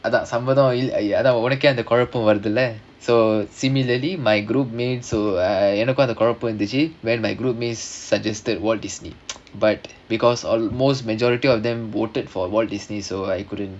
அதான் சம்மந்தம் அதான் உனக்கே அந்த குழப்பம் வருதுல:adhaan sammantham adhaan unakkae andha kulappam varuthula so similarly my group mates so uh எனக்கும் அந்த குழப்பம் இருந்துச்சு:enakkum andha kulappam irunthuchu my group mates suggested walt disney but because almost majority of them voted for walt disney so I couldn't